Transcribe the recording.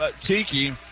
Tiki